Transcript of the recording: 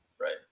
Right